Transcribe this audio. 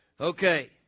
Okay